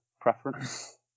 preference